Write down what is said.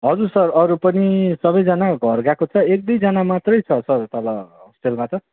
हजुर सर अरू पनि सबैजना घर गएको छ एक दुईजना मात्रै सर तल होस्टेलमा त